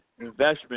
investment